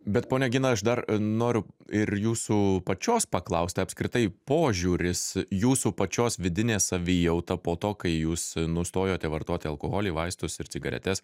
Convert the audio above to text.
bet ponia gina aš dar noriu ir jūsų pačios paklaust apskritai požiūris jūsų pačios vidinė savijauta po to kai jūs nustojote vartoti alkoholį vaistus ir cigaretes